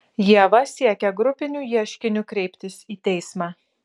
ieva siekia grupiniu ieškiniu kreiptis į teismą